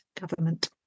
government